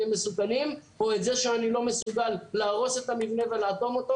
מסוכנים או את זה שאני לא מסוגל להרוס את המבנה ולאטום אותו?